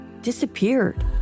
disappeared